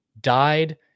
died